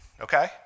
Okay